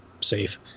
safe